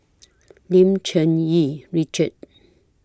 Lim Cherng Yih Richard